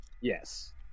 yes